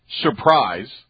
surprise